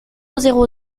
zéro